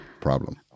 problem